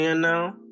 now